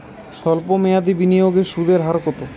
সল্প মেয়াদি বিনিয়োগে সুদের হার কত?